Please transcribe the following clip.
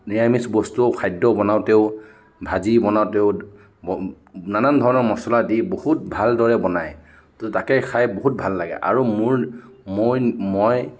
নিৰামিছ বস্তু্ৰ খাদ্য বনাওঁতেও ভাজি বনাওঁতেও নানান ধৰণৰ মছলা দি বহুত ভালদৰে বনায় তো তাকে খাই বহুত ভাল লাগে আৰু মোৰ মই